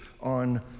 on